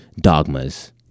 dogmas